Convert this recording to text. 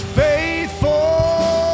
faithful